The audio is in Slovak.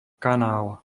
kanál